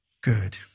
Good